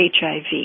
HIV